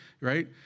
right